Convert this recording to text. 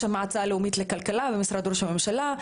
המועצה הלאומית לכלכלה ומשרד ראש הממשלה.